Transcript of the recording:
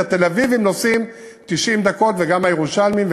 והתל-אביבים נוסעים 90 דקות וגם הירושלמים,